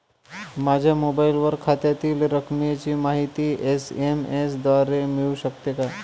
माझ्या मोबाईलवर खात्यातील रकमेची माहिती एस.एम.एस द्वारे मिळू शकते का?